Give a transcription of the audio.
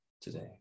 today